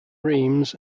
reims